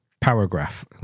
paragraph